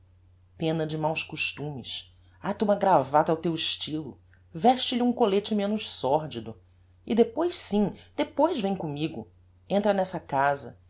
penna de máus costumes ata uma gravata ao teu estylo veste lhe um collete menos sordido e depois sim depois vem commigo entra nessa casa